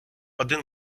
один